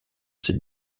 ces